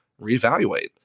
reevaluate